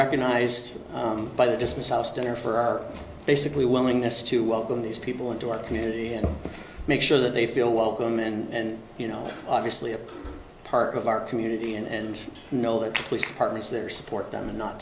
recognized by the dismiss house dinner for our basically willingness to welcome these people into our community and make sure that they feel welcome and you know obviously a part of our community and know that police departments there support them and not